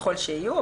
ככל שיהיו,